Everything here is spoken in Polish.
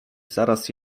zaraz